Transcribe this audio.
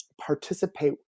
participate